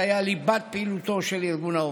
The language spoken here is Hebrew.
שהיה ליבת פעילותו של ארגון העובדים.